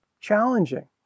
challenging